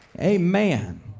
Amen